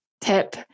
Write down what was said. tip